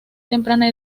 temprana